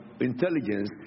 intelligence